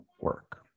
work